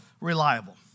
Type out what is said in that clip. reliable